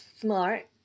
smart